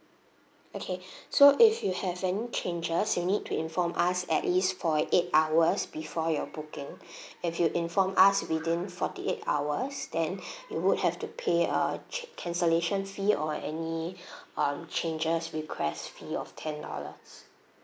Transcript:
okay so if you have any changes you need to inform us at least forty eight hours before your booking if you inform us within forty eight hours then you would have to pay a change cancellation fee or any um changes request fee of ten dollars